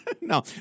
No